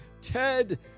Ted